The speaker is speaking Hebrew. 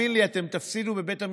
תאמין לי, אתם תפסידו בבג"ץ.